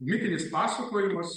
mitinis pasakojimas